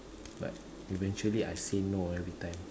but eventually I say no every time